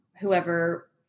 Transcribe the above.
whoever